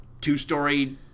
two-story